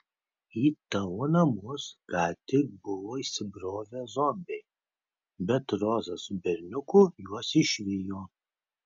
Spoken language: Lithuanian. į tavo namus ką tik buvo įsibrovę zombiai bet roza su berniuku juos išvijo